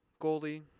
goalie